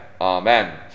Amen